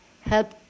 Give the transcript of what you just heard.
help